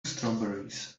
strawberries